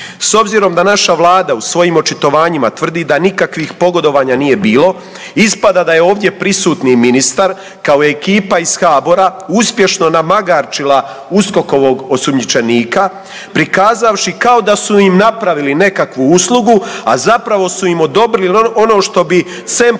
S obzirom da naša vlada u svojim očitovanjima tvrdi da nikakvih pogodovanja nije bilo ispada da je ovdje prisutni ministar kao i ekipa HBOR-a uspješno namagarčila USKOK-ovog osumnjičenika prikazavši kao da su im napravili nekakvu uslugu, a zapravo su im odobrili ono što bi SEMP ovako